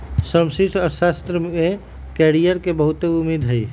समष्टि अर्थशास्त्र में कैरियर के बहुते उम्मेद हइ